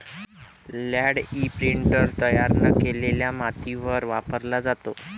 land imprinter तयार न केलेल्या मातीवर वापरला जातो